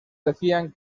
decían